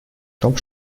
том